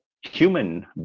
human